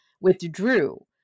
withdrew